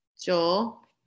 Joel